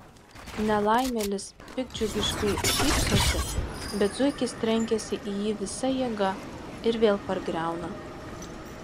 nelaimėlis piktdžiugiškai šypsosi bet zuikis trenkiasi į jį visa jėga ir vėl pargriauna